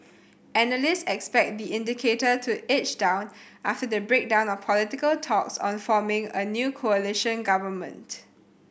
analyst expect the indicator to edge down after the breakdown of political talks on forming a new coalition government